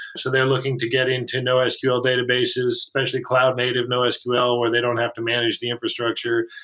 so they're looking to get into nosql databases especially cloud native nosql where they don't have to manage the infrastructure.